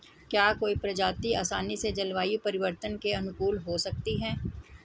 क्या कोई प्रजाति आसानी से जलवायु परिवर्तन के अनुकूल हो सकती है?